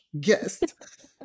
guest